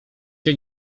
się